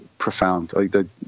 Profound